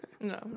no